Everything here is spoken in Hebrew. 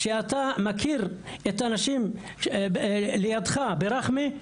כשאתה מכיר את האנשים לידך ברכמה,